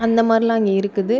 அந்த மாதிரில்லா அங்கே இருக்குது